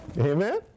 Amen